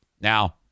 Now